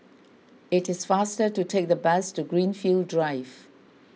it is faster to take the bus to Greenfield Drive